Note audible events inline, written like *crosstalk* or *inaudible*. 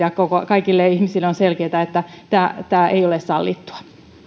*unintelligible* ja kaikille ihmisille on selkeätä että tämä tämä ei ole sallittua